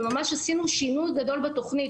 וממש עשינו שינוי גדול בתכנית.